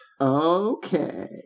Okay